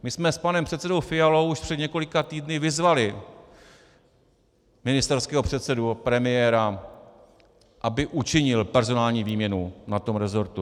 My jsme s panem předsedou Fialou už před několika týdny vyzvali ministerského předsedu, nebo premiéra, aby učinil personální výměnu na tom resortu.